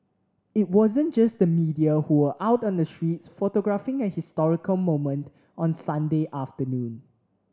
it wasn't just the media who were out on the streets photographing a historical moment on Sunday afternoon